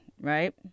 right